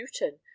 Newton